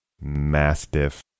Mastiff